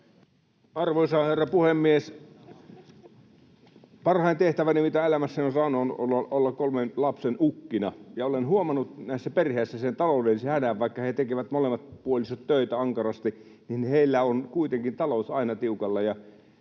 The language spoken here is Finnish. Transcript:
Arvoisa herra puhemies! Parhain tehtäväni, mitä elämässäni olen saanut, on ollut olla kolmen lapsen ukkina, ja olen huomannut näissä perheissä sen taloudellisen hädän. Vaikka molemmat puolisot tekevät töitä ankarasti, niin heillä on kuitenkin talous aina tiukalla.